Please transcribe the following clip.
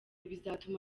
bizatuma